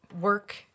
work